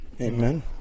amen